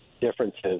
differences